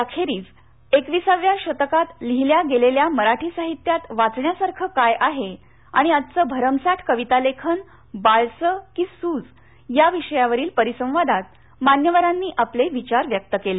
याखेरीज एकविसाव्या शतकात लिहिल्या गेलेल्या मराठी साहित्यात वाचण्यासारखे काय आहे आणि आजचे भरमसाठ कवितालेखन बाळसं की सूज याविषयावीरल परिसंवादात मान्यवरांनी आपले विचार व्यक्त केले